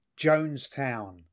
Jonestown